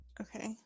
Okay